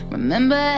Remember